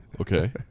Okay